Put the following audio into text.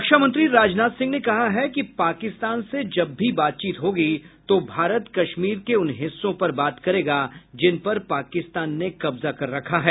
रक्षामंत्री राजनाथ सिंह ने कहा है कि पाकिस्तान से जब भी बातचीत होगी तो भारत कश्मीर के उन हिस्सों पर बात करेगा जिन पर पाकिस्तान ने कब्जा कर रखा है